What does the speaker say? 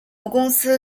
公司